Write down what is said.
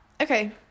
Okay